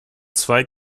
zwei